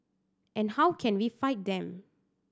and how can we fight them